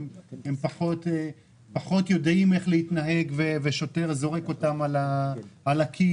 פחות יודעים איך להתנהג ושוטר זורק אותם על הקיר,